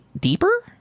deeper